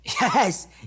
Yes